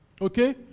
Okay